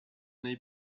neu